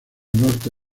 norte